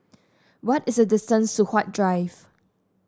what is the distance to Huat Drive